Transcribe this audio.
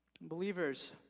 Believers